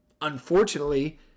unfortunately